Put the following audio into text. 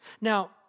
Now